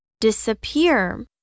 Disappear